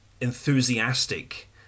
enthusiastic